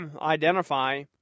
identify